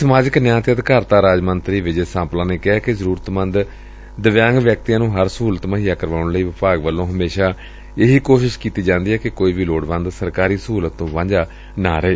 ਸਮਾਜਿਕ ਨਿਆਂ ਤੇ ਅਧਿਕਾਰਤਾ ਰਾਜ ਮੰਤਰੀ ਵਿਜੇ ਸਾਂਪਲਾ ਨੇ ਕਿਹਾ ਕਿ ਜ਼ਰੂਰਤਮੰਦ ਦਿਵਿਆਂਗ ਵਿਅਕਤੀਆਂ ਨੂੰ ਹਰ ਸਹੂਲਤ ਮੁਹੱਈਆ ਕਰਵਾਊਣ ਲਈ ਵਿਭਾਗ ਵਲੋਂ ਹਮੇਸ਼ਾਂ ਇਹੀ ਕੋਸ਼ਿਸ਼ ਕੀਤੀ ਜਾ ਰਹੀ ਏ ਕਿ ਕੋਈ ਵੀ ਲੋੜਵੰਦ ਸਰਕਾਰੀ ਸਹੂਲਤ ਤੋਂ ਵਾਂਝਾ ਨਾ ਰਹੇ